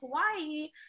Hawaii